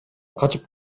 качып